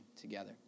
together